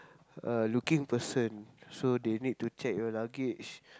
uh looking person so they need to check your luggage